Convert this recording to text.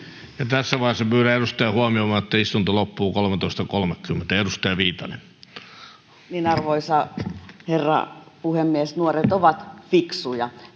Tässä vaiheessa pyydän edustajia huomioimaan, että istunto loppuu 13.30. Arvoisa herra puhemies! Nuoret ovat fiksuja.